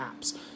apps